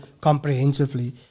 comprehensively